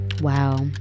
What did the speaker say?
Wow